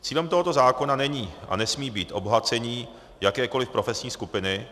Cílem tohoto zákona není a nesmí být obohacení jakékoliv profesní skupiny.